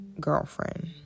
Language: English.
girlfriend